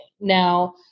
Now